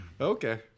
okay